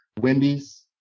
wendy's